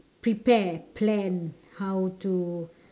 prepare plan how to